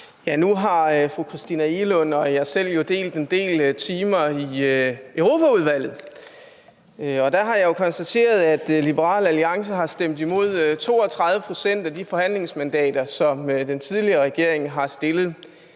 Tak. Nu har fru Christina Egelund og jeg selv jo delt en del timer i Europaudvalget, og der har jeg konstateret at Liberal Alliance har stemt imod 32 pct. af de forhandlingsmandater, som den tidligere regering har fået.